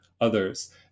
others